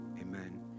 amen